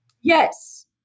Yes